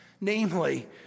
Namely